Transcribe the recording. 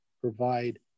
provide